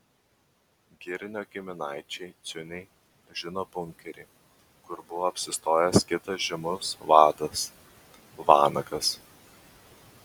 girinio giminaičiai ciuniai žino bunkerį kur buvo apsistojęs kitas žymus vadas vanagas